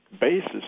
basis